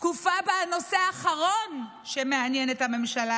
תקופה שבה הנושא האחרון שמעניין את הממשלה